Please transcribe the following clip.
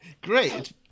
great